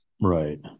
Right